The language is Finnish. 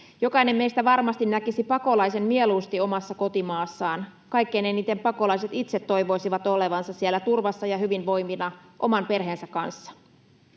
Jokainen meistä varmasti näkisi pakolaisen mieluusti omassa kotimaassaan. Kaikkein eniten pakolaiset itse toivoisivat olevansa siellä turvassa ja hyvinvoivina oman perheensä kanssa.